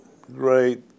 great